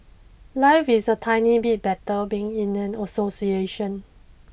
life is a tiny bit better being in an association